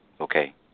Okay